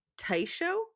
taisho